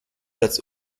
als